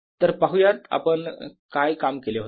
तर पाहूयात आपण काय काम केले होते